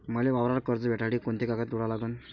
मले वावरावर कर्ज भेटासाठी कोंते कागद जोडा लागन?